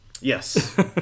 yes